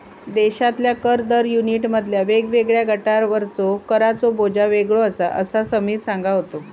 देशातल्या कर दर युनिटमधल्या वेगवेगळ्या गटांवरचो कराचो बोजो वेगळो आसा, असा समीर सांगा होतो